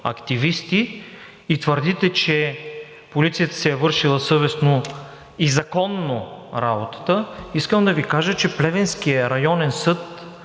активисти и твърдите, че полицията си е вършила съвестно и законно работата, искам да Ви кажа, че Плевенският районен съд